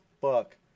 fuck